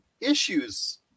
issues